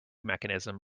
mechanism